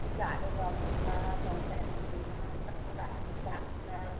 टिकाहरू लगाउँछ दसैँ औँसीमा जमाराहरू राख्छ